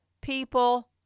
people